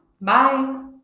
Bye